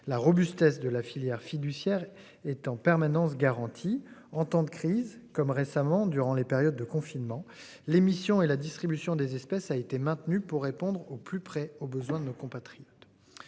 la robustesse de la filière fiduciaire est en permanence garantie en temps de crise, comme récemment durant les périodes de confinement. L'émission et la distribution des espèces a été maintenue pour répondre au plus près aux besoins de nos compatriotes.